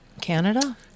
Canada